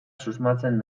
susmatzen